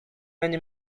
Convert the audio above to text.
many